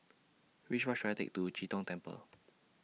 Which Bus should I Take to Chee Tong Temple